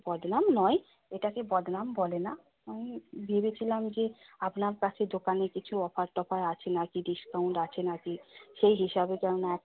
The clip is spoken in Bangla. বদনাম নয় এটাকে বদনাম বলে না আমি ভেবেছিলাম যে আপনার কাছে দোকানে কিছু অফার টফার আছে না কি ডিসকাউন্ট আছে না কি সেই হিসাবে কেননা